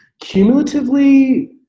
Cumulatively